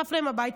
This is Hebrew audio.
נשרף להם הבית,